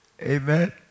Amen